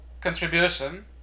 contribution